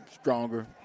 stronger